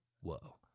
Whoa